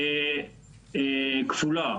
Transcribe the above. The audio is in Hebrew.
כפולה.